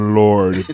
lord